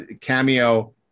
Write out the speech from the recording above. cameo